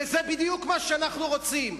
וזה בדיוק מה שאנחנו רוצים,